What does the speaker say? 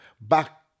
back